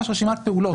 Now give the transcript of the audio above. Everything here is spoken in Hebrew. וממש רשימת פעולות.